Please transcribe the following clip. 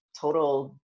Total